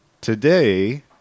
today